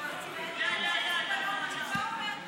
ואני כבר אומר לך,